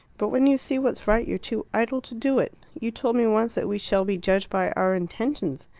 but when you see what's right you're too idle to do it. you told me once that we shall be judged by our intentions,